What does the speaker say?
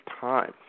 time